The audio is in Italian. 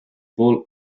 paul